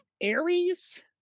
Aries